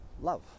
love